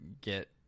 get